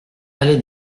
allée